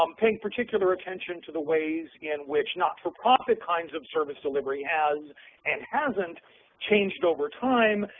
um paying particular attention to the ways in which not-for-profit kinds of service delivery has and hasn't changed over time,